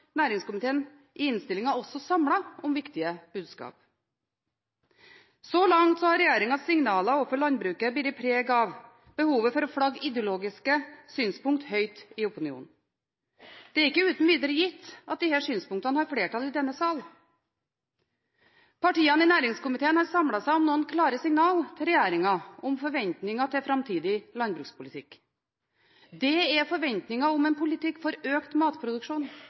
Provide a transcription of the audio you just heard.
næringskomiteen i innstillingen også samlet om viktige budskap. Så langt har regjeringens signaler overfor landbruket båret preg av behovet for å flagge ideologiske synspunkter høyt i opinionen. Det er ikke uten videre gitt at disse synspunktene har flertall i denne sal. Partiene i næringskomiteen har samlet seg om noen klare signaler til regjeringen om forventninger til framtidig landbrukspolitikk. Det er forventninger om en politikk for økt matproduksjon,